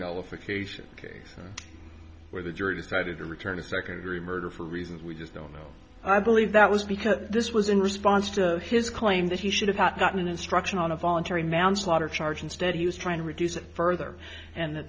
nullification case where the jury decided to return a second degree murder for reasons we just don't know i believe that was because this was in response to his claim that he should have gotten an instruction on a voluntary manslaughter charge instead he was trying to reduce it further and the